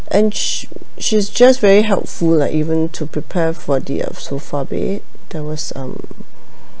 and s~ she was just very helpful lah even to prepare for the uh sofa bed that was um